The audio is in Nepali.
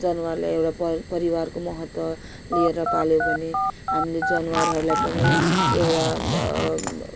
जनावरलाई एउटा परिवारको महत्त्व लिएर पाल्यो भने हामीले जनावरहरूलाई पनि एउटा ब